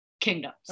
kingdoms